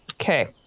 Okay